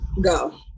go